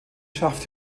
schafft